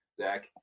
Zach